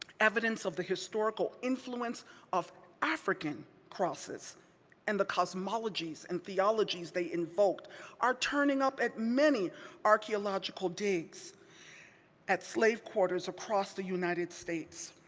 evidence of the historical influence of african crosses and the cosmologies and theologies they invoked are turning up at many archeological digs at slave quarters across the united states.